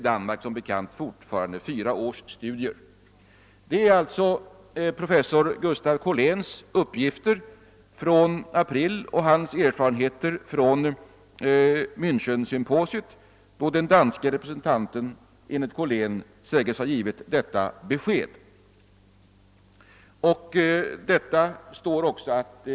).» Detta är alltså professor Gustav Korléns uppgifter från april i år, och han uppger som sagt att den danske representanten givit detta besked vid Mänchensymposiet.